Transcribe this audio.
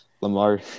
Lamar